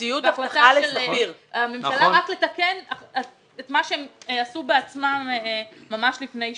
רק לתקן את מה שהממשלה עתה בעצמה ממש לפני שנה,